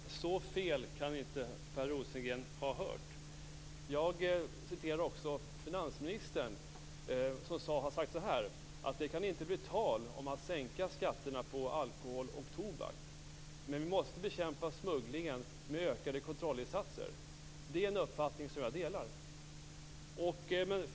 Fru talman! Så fel kan inte Per Rosengren ha hört. Jag återgav det finansministern har sagt: Det kan inte bli tal om att sänka skatterna på alkohol och tobak, men vi måste bekämpa smugglingen med ökade kontrollinsatser. Det är en uppfattning som jag delar.